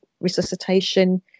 resuscitation